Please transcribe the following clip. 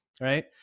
right